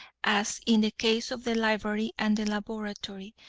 as in the case of the library and the laboratory,